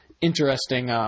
interesting